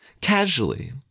casually